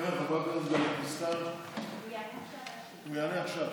הוא יענה עכשיו.